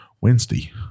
Wednesday